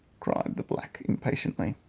cried the black impatiently.